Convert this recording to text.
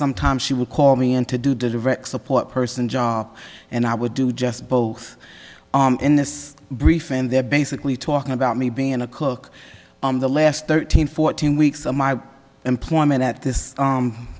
sometimes she would call me in to do delivery support person job and i would do just both in this brief and they're basically talking about me being a cook on the last thirteen fourteen weeks of my employment at this